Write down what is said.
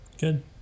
Good